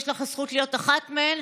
יש לך הזכות להיות אחת מהן,